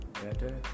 better